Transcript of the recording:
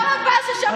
חבר הכנסת יבגני סובה.